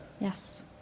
Yes